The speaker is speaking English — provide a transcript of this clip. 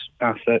asset